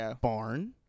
barn